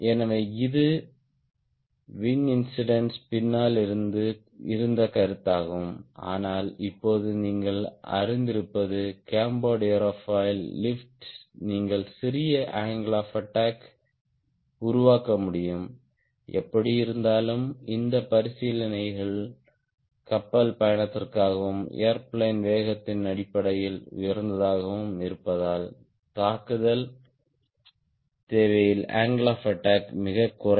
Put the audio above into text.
எனவே இது wing incidence பின்னால் இருந்த கருத்தாகும் ஆனால் இப்போது நீங்கள் அறிந்திருப்பது கேம்பர்டு ஏரோஃபாயில் லிப்ட் நீங்கள் சிறிய அங்கிள் ஆப் அட்டாக் உருவாக்க முடியும் எப்படியிருந்தாலும் இந்த பரிசீலனைகள் கப்பல் பயணத்திற்காகவும் ஏர்பிளேன் வேகத்தின் அடிப்படையில் உயர்ந்ததாகவும் இருப்பதால் தாக்குதல் தேவையின் அங்கிள் ஆப் அட்டாக் மிகக் குறைவு